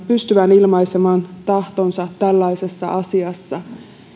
pystyvän ilmaisemaan tahtonsa tällaisessa asiassa